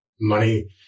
money